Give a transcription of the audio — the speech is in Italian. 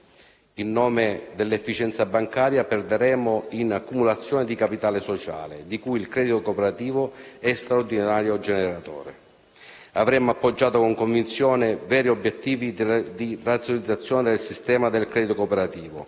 In nome dell'efficienza bancaria, perderemo in accumulazione di capitale sociale, di cui il credito cooperativo è straordinario generatore. Avremmo appoggiato con convinzione veri obiettivi di razionalizzazione dei sistema del credito cooperativo,